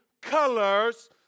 colors